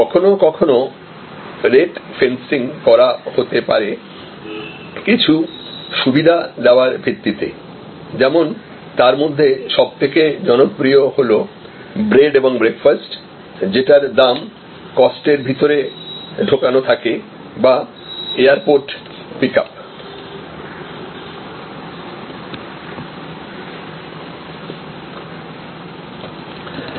কখনও কখনও rate fencing করা হতে পারে কিছু সুবিধা দেওয়ার ভিত্তিতে যেমন তার মধ্যে সবথেকে জনপ্রিয় হলো ব্রেড এবং ব্রেকফাস্ট যেটার দাম কস্ট এর ভিতরে ঢুকানো থাকে বা এয়ারপোর্ট পিকআপ